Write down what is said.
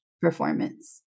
performance